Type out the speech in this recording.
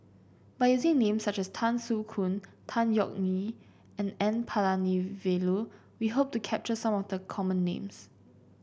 by using names such as Tan Soo Khoon Tan Yeok Nee and N Palanivelu we hope to capture some of the common names